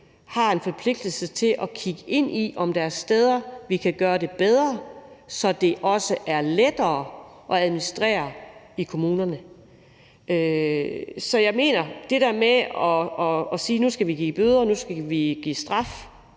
har en forpligtelse til at kigge ind i, om der er steder, hvor vi kan gøre det bedre, så det også er lettere at administrere i kommunerne. Så jeg mener, at det der med, at nu skal vi give bøder, og at nu skal vi give straf